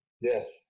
yes